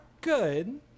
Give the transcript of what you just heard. good